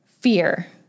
fear